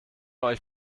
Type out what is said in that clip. euch